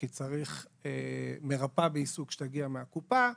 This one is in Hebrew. כי צריך מרפאה בעיסוק שתגיע מהקופה,